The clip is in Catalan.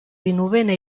dinovena